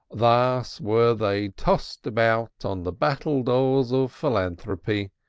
thus were they tossed about on the battledores of philanthropy,